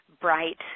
bright